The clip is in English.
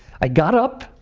i got up,